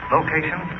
Location